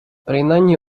принаймні